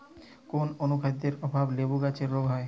কোন অনুখাদ্যের অভাবে লেবু গাছের রোগ হয়?